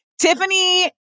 Tiffany